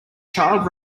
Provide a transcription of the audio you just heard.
child